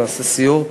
נעשה סיור.